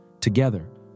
Together